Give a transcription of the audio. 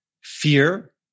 fear